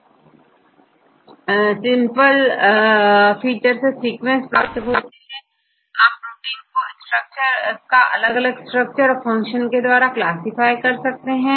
आप प्रोटीन को अलग अलग स्ट्रक्चर और फंक्शन के द्वारा क्लासिफाई कर सकते हैं